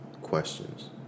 questions